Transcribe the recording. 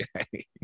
Okay